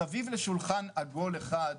מסביב לשולחן עגול אחד,